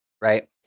right